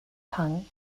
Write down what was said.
tongue